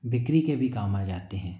बिक्री के भी काम आ जाते हैं